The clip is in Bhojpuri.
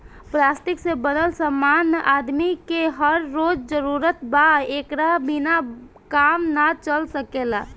प्लास्टिक से बनल समान आदमी के हर रोज जरूरत बा एकरा बिना काम ना चल सकेला